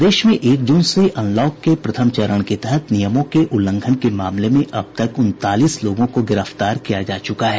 प्रदेश में एक जून से अनलॉक के प्रथम चरण के तहत नियमों के उल्लंघन के मामले में अब तक उनतालीस लोगों को गिरफ्तार किया जा चुका है